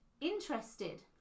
interested